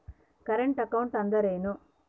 Current account ಅಂದರೇನು?